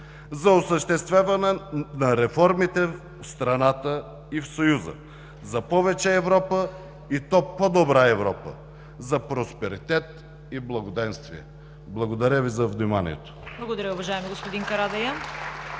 за осъществяване на реформите в страната и в Съюза, за повече Европа, и то по-добра Европа, за просперитет и благоденствие! Благодаря Ви за вниманието. (Ръкопляскания от ДПС.)